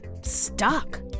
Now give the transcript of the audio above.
stuck